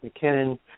McKinnon